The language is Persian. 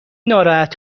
ناراحت